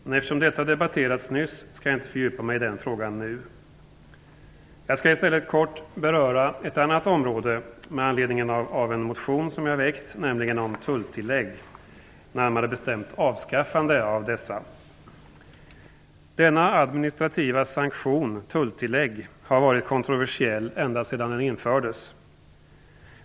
Men eftersom detta nyss debatterats skall jag inte fördjupa mig i den frågan nu. Jag skall i stället med anledning av en motion som jag väckt kort beröra ett annat område, nämligen tulltillägg, närmare bestämt avskaffandet av detta tillägg. Denna administrativa sanktion har varit kontroversiell ända sedan den infördes.